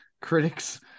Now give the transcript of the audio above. critics